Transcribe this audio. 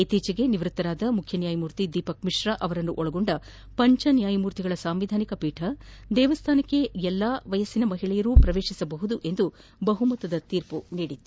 ಇತ್ತೀಚೆಗೆ ನಿವ್ವತ್ತರಾದ ಮುಖ್ಯನ್ಗಾಯಮೂರ್ತಿ ದೀಪಕ್ಮಿಶ್ರಾ ಅವರನ್ನೊಳಗೊಂಡ ಪಂಚ ನ್ಯಾಯಮೂರ್ತಿಗಳ ಸಂವಿಧಾನಪೀಠ ದೇವಸ್ಥಾನಕ್ಕೆ ಮಹಿಳೆಯರು ಪ್ರವೇಶಿಸಬಹುದು ಎಂದು ಬಹುಮತದ ತೀರ್ಮ ನೀಡಿತ್ತು